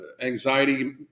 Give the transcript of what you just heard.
anxiety